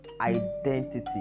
identity